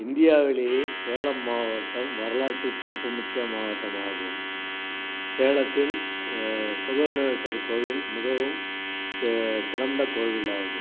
இந்தியாவிலயே சேலம் மாவட்டம் வரலாற்று சிறப்பு மிக்க மாவட்டம் ஆகும் சேலத்தில் சுகவனேசர் கோவில் மிகவும் ச சிறந்த கோவில் ஆகும்